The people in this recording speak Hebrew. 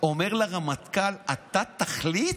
שאומר לרמטכ"ל: אתה תחליט?